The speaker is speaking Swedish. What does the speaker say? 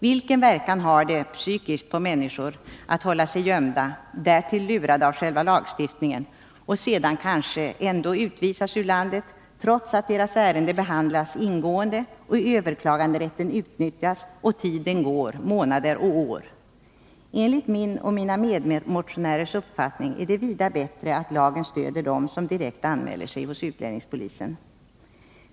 Vilken verkan har det psykiskt på människor att hålla sig gömda — därtill lurade av själva lagstiftningen — och sedan kanske ändå utvisas ur landet, trots att deras ärende behandlats ingående och överklaganderätten utnyttjats och tiden gått, månader och år? Enligt min och mina medmotionärers uppfattning är det vida bättre att lagen stödjer dem som direkt anmäler sig hos utlänningspolisen.